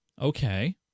Okay